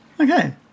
Okay